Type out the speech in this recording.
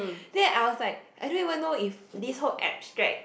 then I was like I don't even know if this whole abstract